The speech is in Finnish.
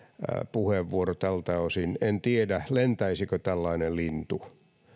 puheenvuoro tältä osin lentäisikö tällainen lintu